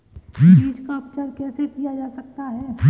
बीज का उपचार कैसे किया जा सकता है?